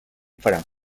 farà